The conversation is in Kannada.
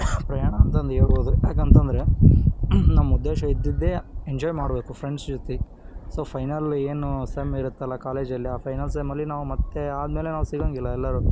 ಪ್ರಯಾಣ ಅಂತಂದು ಹೇಳ್ಬೋದು ಯಾಕಂತ ಅಂದ್ರೆ ನಮ್ಮ ಉದ್ದೇಶ ಇದ್ದಿದ್ದೆ ಎಂಜಾಯ್ ಮಾಡಬೇಕು ಫ್ರೆಂಡ್ಸ್ ಜೊತೆ ಸೊ ಫೈನಲ್ ಏನು ಸೇಮ್ ಇರುತ್ತಲ್ಲ ಕಾಲೇಜಲ್ಲಿ ಆ ಫೈನಲ್ ಸೇಮ್ ಅಲ್ಲಿ ನಾವು ಮತ್ತೆ ಆದ್ಮೇಲೆ ನಾವು ಸಿಗೋಂಗಿಲ್ಲ ಎಲ್ಲರೂ